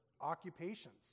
occupations